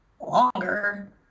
longer